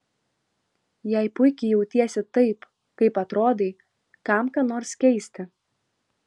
jei puikiai jautiesi taip kaip atrodai kam ką nors keisti